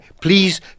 please